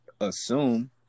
assume